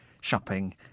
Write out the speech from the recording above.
shopping